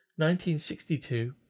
1962